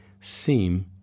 seem